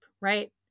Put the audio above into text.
right